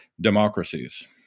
democracies